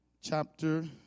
chapter